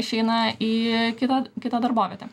išeina į kitą kitą darbovietę